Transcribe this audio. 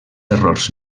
errors